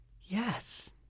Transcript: Yes